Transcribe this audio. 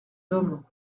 hommes